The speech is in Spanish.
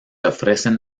ofrecen